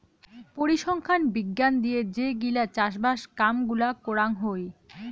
পরিসংখ্যান বিজ্ঞান দিয়ে যে গিলা চাষবাস কাম গুলা করাং হই